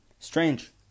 Strange